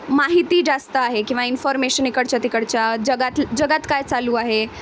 माहिती जास्त आहे किंवा इन्फॉर्मेशन इकडच्या तिकडच्या जगात जगात काय चालू आहे